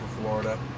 Florida